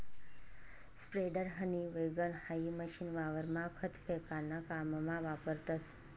spreader, हनी वैगण हाई मशीन वावरमा खत फेकाना काममा वापरतस